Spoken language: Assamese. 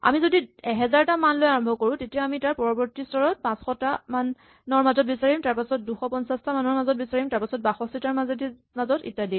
আমি যদি ১০০০ টা মান লৈ আৰম্ভ কৰো তেতিয়া আমি তাৰ পৰৱৰ্তী স্তৰত ৫০০ টা মানৰ মাজত বিচাৰিম তাৰপাছত ২৫০ টাৰ মাজত তাৰপাছত ৬২ তাৰ মাজত আদি